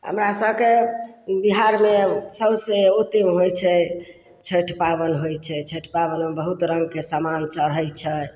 हमरासभके बिहारमे सबसे उत्तम होइ छै छठि पाबनि होइ छै छठि पाबनिमे बहुत रङ्गके समान चढ़ै छै